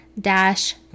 dash